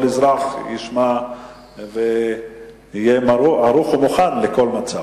שכל אזרח ישמע ויהיה ערוך ומוכן לכל מצב.